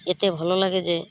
ଏତେ ଭଲ ଲାଗେ ଯେ